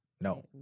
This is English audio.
No